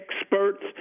experts